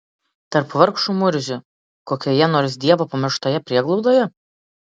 tarp vargšų murzių kokioje nors dievo pamirštoje prieglaudoje